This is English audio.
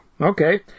Okay